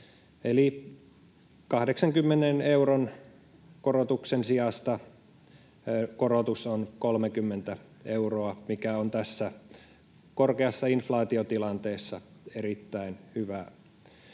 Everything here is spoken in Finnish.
Eli 80 euron korotuksen sijasta korotus on 30 euroa, mikä on tässä korkeassa inflaatiotilanteessa erittäin hyvä